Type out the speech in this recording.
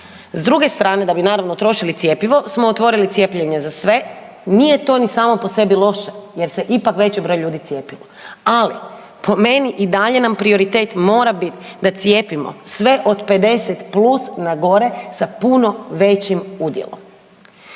S druge strane da bi naravno trošili cjepivo smo otvorili cijepljenje za sve, nije to ni samo po sebi loše jer se ipak veći broj ljudi cijepi, ali po meni i dalje nam prioritet mora bit da cijepimo sve od 50+ na gore sa puno većim udjelom.